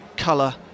colour